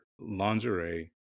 lingerie